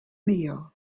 meal